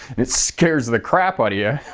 it scares the crap ah out yeah